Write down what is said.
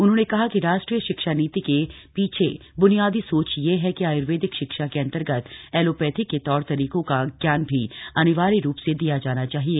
उन्होंने कहा कि राष्ट्रीय शिक्षा नीति के पीछे ब्नियादी सोच यह है कि आय्र्वेदिक शिक्षा के अंतर्गत ऐलोपैथी के तौर तरीकों का ज्ञान भी अनिवार्य रूप से दिया जाना चाहिए